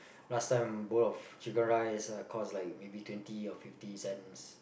last time bowl of chicken rice uh cost like maybe twenty or fifty cents